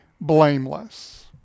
blameless